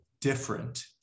different